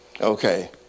Okay